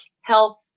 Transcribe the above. health